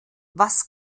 was